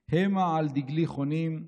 / על דגלי חונים.